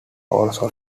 also